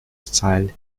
style